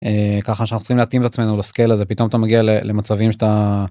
ככה שאנחנו צריכים להתאים לעצמנו לסקייל הזה פתאום אתה מגיע למצבים שאתה.